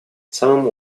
самым